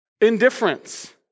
indifference